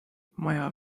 maja